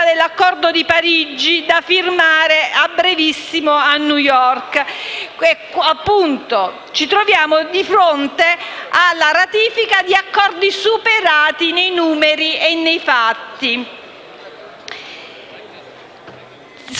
all'accordo di Parigi, da firmare a brevissimo a New York. Ci troviamo, quindi, di fronte alla ratifica di accordi superati nei numeri e nei fatti. Sono